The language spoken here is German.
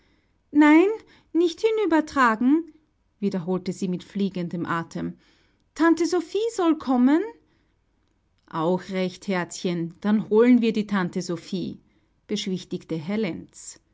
nein nicht hinübertragen wiederholte sie mit fliegendem atem tante sophie soll kommen auch recht herzchen dann holen wir die tante sophie beschwichtigte